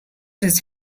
his